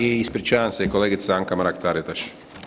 I ispričavam se i kolegica Anka Mrak Taritaš.